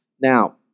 Now